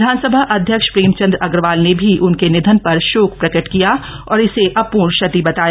विधानसभा अध्यक्ष प्रेमचंद अग्रवाल ने भी उनके निधन पर शोक प्रकट किया और इसे अपूर्ण क्षति बताया